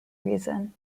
reason